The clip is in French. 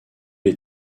les